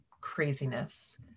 craziness